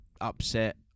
upset